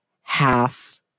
half